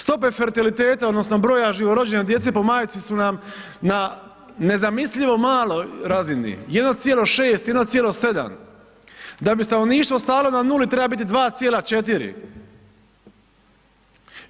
Stope fertiliteta odnosno broja živo rođene djece po majci su nam na nezamislivo maloj razini 1,6-1,7, da bi stanovništvo stalo na nuli treba biti 2,4.